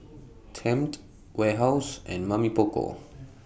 Tempt Warehouse and Mamy Poko